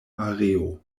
areo